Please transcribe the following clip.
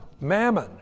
mammon